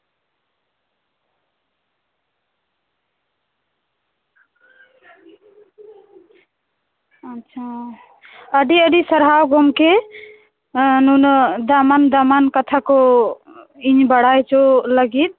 ᱟᱪᱪᱷᱟ ᱟᱹᱰᱤ ᱟᱹᱰᱤ ᱥᱟᱨᱦᱟᱣ ᱜᱚᱝᱠᱮ ᱱᱩᱱᱟᱹᱜ ᱫᱟᱢᱟᱱ ᱫᱟᱢᱟᱱ ᱠᱟᱛᱷᱟ ᱠᱚ ᱤᱧ ᱵᱟᱲᱟᱭ ᱦᱚᱪᱚ ᱞᱟᱹᱜᱤᱫ